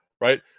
right